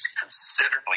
considerably